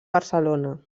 barcelona